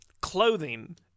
Clothing